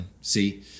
See